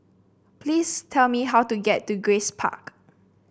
please tell me how to get to Grace Park